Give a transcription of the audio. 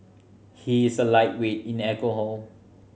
he is a lightweight in alcohol